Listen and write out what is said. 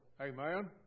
Amen